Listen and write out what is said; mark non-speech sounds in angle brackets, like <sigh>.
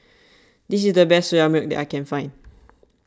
<noise> this is the best Soya Milk that I can find